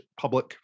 public